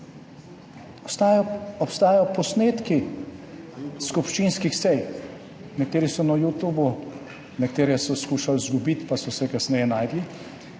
Obstajajo posnetki skupščinskih sej, nekateri so na YouTubu, nekateri so jih skušali izgubiti, pa so se kasneje našli,